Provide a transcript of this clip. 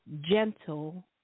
gentle